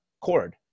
cord